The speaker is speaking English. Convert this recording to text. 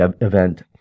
event